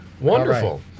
Wonderful